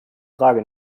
frage